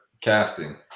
casting